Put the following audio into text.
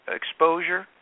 exposure